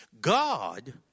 God